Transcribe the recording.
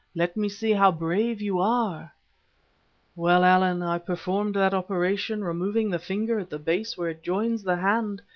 let me see how brave you are well, allan, i performed that operation, removing the finger at the base where it joins the hand,